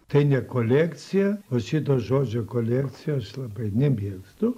tai ne kolekcija vat šito žodžio kolekcija aš labai nemėgstu